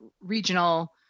regional